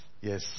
Yes